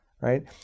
right